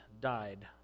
died